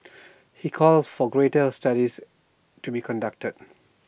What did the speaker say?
he called for greater studies to be conducted